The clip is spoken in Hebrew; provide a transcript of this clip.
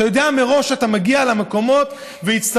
אתה יודע מראש שכשאתה מגיע למקומות תצטרך